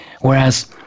Whereas